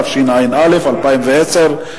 התשע"א 2010,